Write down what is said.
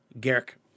garrick